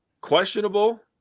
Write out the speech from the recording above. questionable